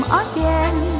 again